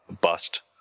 bust